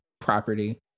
property